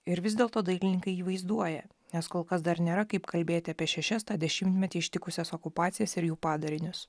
ir vis dėlto dailininkai jį vaizduoja nes kol kas dar nėra kaip kalbėti apie šešias tą dešimtmetį ištikusias okupacijas ir jų padarinius